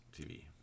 TV